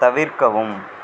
தவிர்க்கவும்